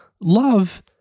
love